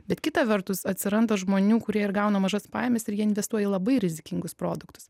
bet kita vertus atsiranda žmonių kurie ir gauna mažas pajamas ir jie investuoja į labai rizikingus produktus